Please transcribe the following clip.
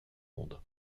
monde